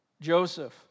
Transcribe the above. Joseph